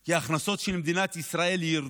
כי ההכנסות של מדינת ישראל ירדו,